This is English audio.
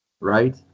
right